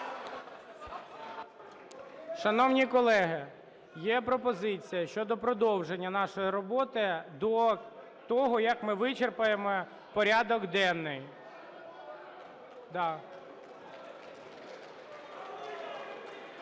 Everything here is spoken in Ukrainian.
Шановні колеги, є пропозиція щодо продовження нашої роботи до того, як ми вичерпаємо порядок денний.